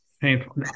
Painful